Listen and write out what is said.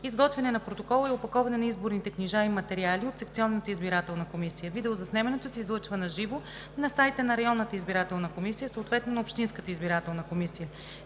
изготвяне на протокола и опаковане на изборните книжа и материали от секционната избирателна комисия. Видеозаснемането се излъчва на живо на сайта на районната избирателна комисия, съответно на общинската избирателна комисия.